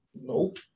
Nope